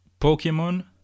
Pokemon